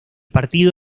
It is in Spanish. partido